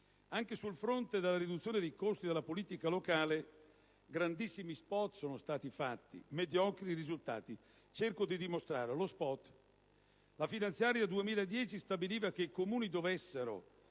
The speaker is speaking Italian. Anche sul fronte della riduzione dei costi della politica locale sono stati fatti grandissimi *spot* con mediocri risultati. Cerco di dimostrarlo. Lo *spot*: la finanziaria 2010 stabiliva che i Comuni dovessero